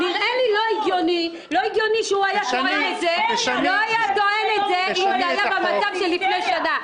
נראה לי לא הגיוני שהוא היה טוען את זה אם הוא היה במצב של לפני שנה.